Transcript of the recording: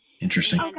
Interesting